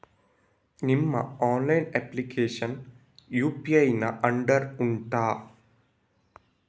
ನಿಮ್ಮ online application UPI ನ under ಉಂಟಾ